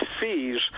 fees